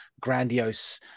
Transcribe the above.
grandiose